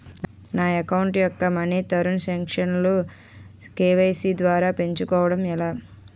నా అకౌంట్ యెక్క మనీ తరణ్ సాంక్షన్ లు కే.వై.సీ ద్వారా పెంచుకోవడం ఎలా?